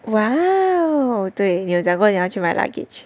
!wow! 对你有讲过你要去买 luggage